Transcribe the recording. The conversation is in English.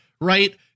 right